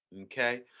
okay